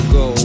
go